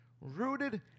rooted